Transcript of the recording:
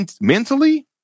Mentally